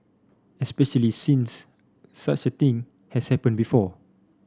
especially since such a thing has happened before